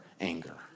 Anger